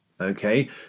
okay